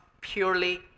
purely